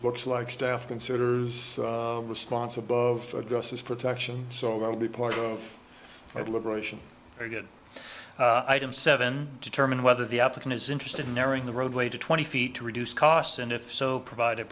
looks like staff considers response above addresses protection so they will be part of liberation for good item seven determine whether the applicant is interested in narrowing the roadway to twenty feet to reduce costs and if so provide